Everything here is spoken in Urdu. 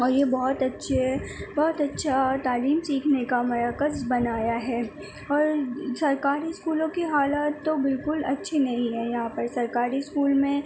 اور یہ بہت اچھے ہے بہت اچھا اور تعلیم سیکھنے کا مرکز بنایا ہے اور سرکاری اسکولوں کی حالت تو بالکل اچھی نہیں ہے یہاں پر سرکاری اسکول میں